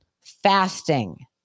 Fasting